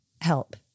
help